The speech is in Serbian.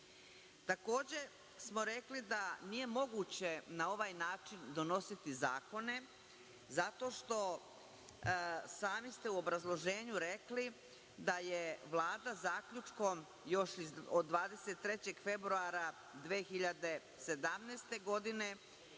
to. Takođe smo rekli da nije moguće da na ovaj način donositi zakone, zato što ste i sami u obrazloženju rekli da je Vlada zaključkom od 23. februara 2017. godine